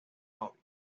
hobby